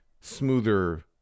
smoother